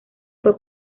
fue